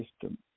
system